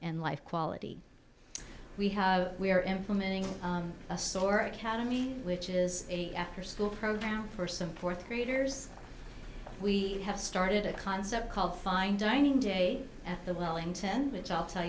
in life quality we have we are implementing a sore academy which is afterschool program for some fourth graders we have started a concept called fine dining day at the wellington which i'll tell